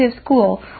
school